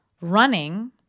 running